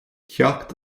ceacht